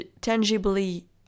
tangibly